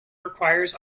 requires